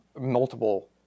Multiple